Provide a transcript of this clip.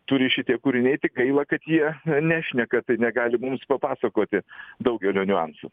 turi šitie kūriniai tik gaila kad jie nešneka tai negali mums papasakoti daugelio niuansų